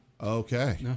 Okay